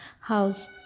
house